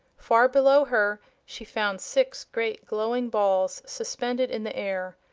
far below her she found six great glowing balls suspended in the air.